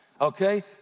okay